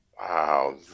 Wow